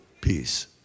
peace